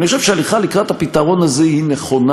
אני חושב שהליכה לקראת הפתרון הזה היא נכונה.